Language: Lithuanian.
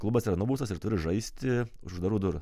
klubas yra nubaustas ir turi žaisti už uždarų durų